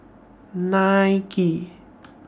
Nike